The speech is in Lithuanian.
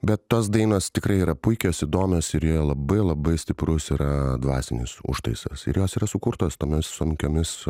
bet tos dainos tikrai yra puikios įdomios ir labai labai stiprus yra dvasinis užtaisas ir jos yra sukurtos tomis sunkiomis